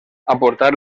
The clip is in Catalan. aportar